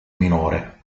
minore